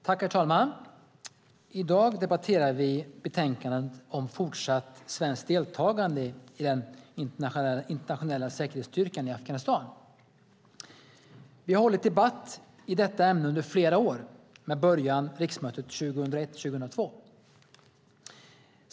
Herr talman! I dag debatterar vi betänkandet om fortsatt svenskt deltagande i den internationella säkerhetsstyrkan i Afghanistan. Vi har hållit debatt i detta ämne under flera år, med början vid riksmötet 2001/02.